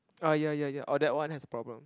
ah yeah yeah yeah oh that one has a problem